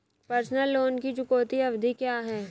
Personal loan की चुकौती अवधि क्या है?